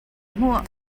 hmuh